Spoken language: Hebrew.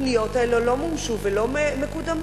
שהתוכניות האלה לא מומשו ולא מקודמות,